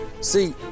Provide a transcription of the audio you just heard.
See